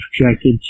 projected